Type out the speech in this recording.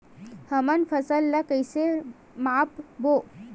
हमन फसल ला कइसे माप बो?